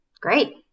Great